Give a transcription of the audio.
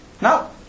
Now